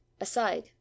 Aside